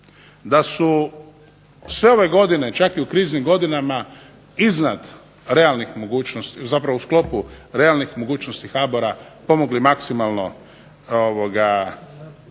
da su sve ove godine čak i u kriznim godinama, iznad, zapravo u sklopu realnih mogućnosti HBOR-a pomogli maksimalno